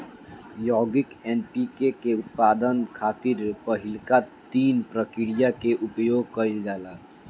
यौगिक एन.पी.के के उत्पादन खातिर पहिलका तीन प्रक्रिया के उपयोग कईल जाला